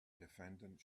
defendant